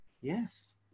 Yes